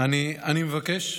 אני מבקש,